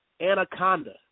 Anaconda